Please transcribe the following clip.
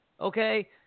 okay –